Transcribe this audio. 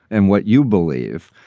and what you believe,